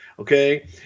Okay